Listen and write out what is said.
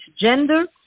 gender